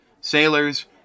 sailors